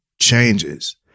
changes